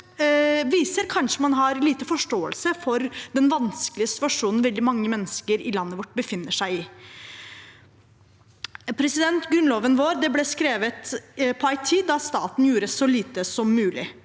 viser at man kanskje har lite forståelse for den vanskelige situasjonen veldig mange mennesker i landet vårt befinner seg i. Grunnloven vår ble skrevet på en tid da staten gjorde så lite som mulig.